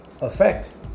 effect